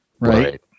Right